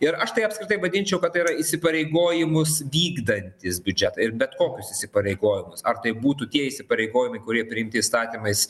ir aš tai apskritai vadinčiau kad tai yra įsipareigojimus vykdantys biudžetai ir bet kokius įsipareigojimus ar tai būtų tie įsipareigojimai kurie priimti įstatymais